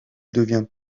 devient